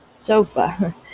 Sofa